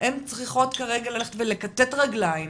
הם צריכים ללכת כרגע ולכתת רגליים